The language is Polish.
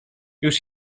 już